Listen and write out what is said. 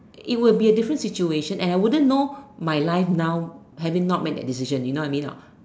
it will be a different situation and I wouldn't know my life now having not made that decision you know what I mean or not